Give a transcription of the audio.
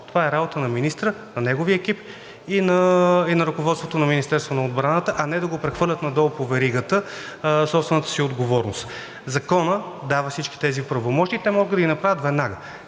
Това е работа на министъра, на неговия екип и на ръководството на Министерството на отбраната, а не да прехвърлят надолу по веригата собствената си отговорност. Законът дава всички тези правомощия и те могат да ги направят веднага.